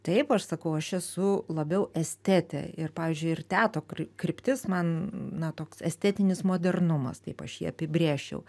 taip aš sakau aš esu labiau estetė ir pavyzdžiui ir teatro kry kryptis man na toks estetinis modernumas taip aš jį apibrėžčiau